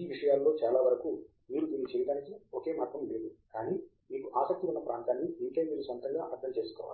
ఈ విషయాలలో చాలా వరకు మీరు దీన్ని చేయటానికి ఒకే మార్గం లేదు కానీ మీకు ఆసక్తి ఉన్న ప్రాంతాన్ని మీకై మీరు మీ స్వంతంగా అర్థం చేసుకోవాలి